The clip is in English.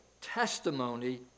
testimony